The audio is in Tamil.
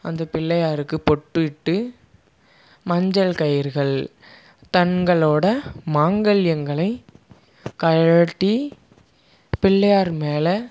அந்த பிள்ளையாருக்கு பொட்டிட்டு மஞ்சள் கயிறுகள் தங்களோட மாங்கல்யங்களை கழற்றி பிள்ளையார் மேல்